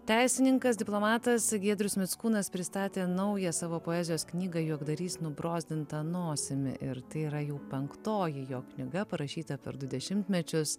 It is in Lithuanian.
teisininkas diplomatas giedrius mickūnas pristatė naują savo poezijos knygą juokdarys nubrozdinta nosimi ir tai yra jau penktoji jo knyga parašyta per du dešimtmečius